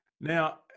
Now